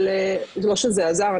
לא שזה עזר,